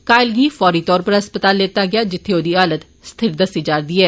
घायल गी फौरी तौर पर अस्पताल लेता गेआ जित्थे औदी हालत स्थिर दस्सी जा रदी ऐ